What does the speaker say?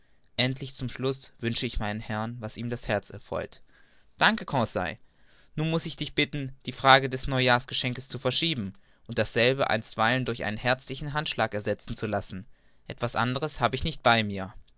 endlich zum schluß wünsche ich meinem herrn was ihm das herz erfreut danke conseil nur muß ich dich bitten die frage des neujahrsgeschenks zu verschieben und dasselbe einstweilen durch einen herzlichen handschlag ersetzen zu lassen etwas anderes hab ich nicht bei mir